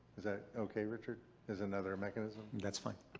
that okay, richard as another mechanism? that's fine.